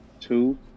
two